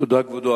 תודה, כבודו.